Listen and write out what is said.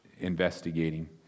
investigating